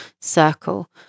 circle